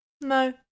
No